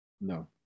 No